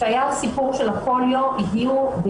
כשהיה הסיפור של הפוליו הגיעו,